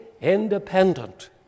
independent